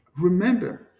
remember